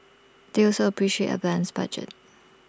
they also appreciate A balanced budget